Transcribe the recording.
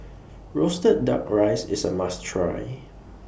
Roasted Duck Rice IS A must Try